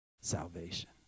Salvation